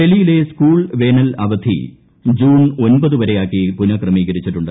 ഡൽഹിയിലെ സ്കൂൾ വേനൽ അവധി ജൂൺ ഒൻപത് വരെയാക്കി പുനഃക്രമീകരിച്ചിട്ടുണ്ട്